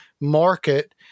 market